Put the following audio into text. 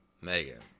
Megan